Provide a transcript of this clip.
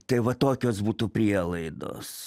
tai va tokios būtų prielaidos